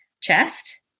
chest